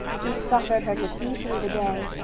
he suffered her to feed through the day,